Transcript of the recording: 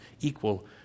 equal